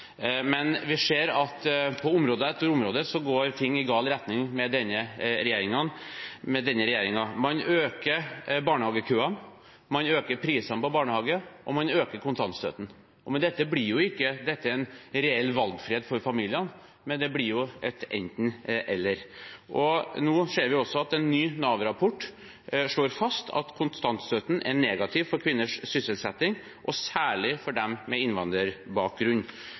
men vi ser at på område etter område går ting i gal retning med denne regjeringen. Man øker barnehagekøene, man øker prisene på barnehage, og man øker kontantstøtten. Med dette blir det ikke en reell valgfrihet for familiene, det blir et enten–eller. Nå ser vi også at en ny Nav-rapport slår fast at kontantstøtte er negativt for kvinners sysselsetting, særlig for dem med innvandrerbakgrunn.